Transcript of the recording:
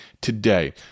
today